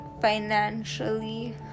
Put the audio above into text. financially